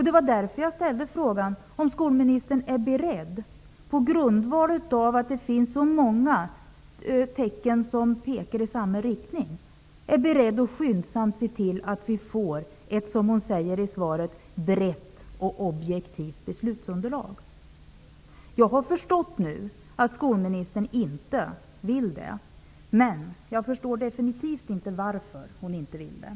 Det var därför jag ställde frågan om skolministern, på grundval av att det finns så många tecken som pekar i samma riktning, är beredd att skyndsamt se till att vi får ett, som hon säger i svaret, ''brett och objektivt beslutsunderlag''. Jag har nu förstått att skolministern inte vill det. Men jag förstår definitivt inte varför hon inte vill det.